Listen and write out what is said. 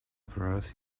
apparatus